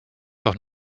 doch